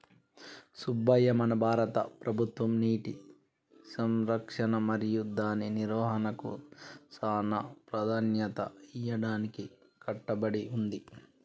సుబ్బయ్య మన భారత ప్రభుత్వం నీటి సంరక్షణ మరియు దాని నిర్వాహనకు సానా ప్రదాన్యత ఇయ్యడానికి కట్టబడి ఉంది